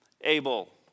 Abel